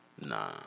nah